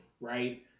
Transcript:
right